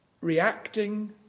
reacting